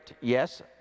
yes